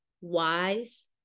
wise